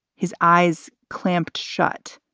his eyes clamped shut.